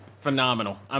phenomenal